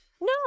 no